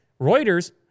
Reuters